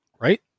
right